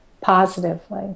positively